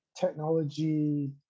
technology